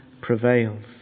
prevails